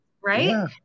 right